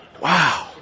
wow